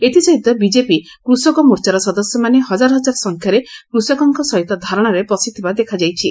ଏଥିସହିତ ବିଜେପି କୃଷକ ମୋର୍ଚ୍ଚାର ସଦସ୍ୟମାନେ ହଜାର ହଜାର ସଂଖ୍ୟାରେ କୃଷକଙ୍କ ସହିତ ଧାରଣାରେ ବସିଥିବା ଦେଖାଯାଇଛି